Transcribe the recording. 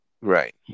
Right